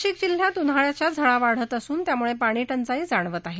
नाशिक जिल्ह्यात उन्हाळ्याच्या झळा वाढत असून त्यामुळे पाणी आई जाणवत आहे